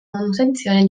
manutenzione